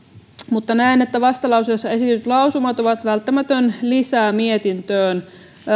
mutta näen että vastalauseessa esitetyt lausumat ovat välttämätön lisä mietintöön